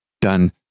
done